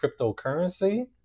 cryptocurrency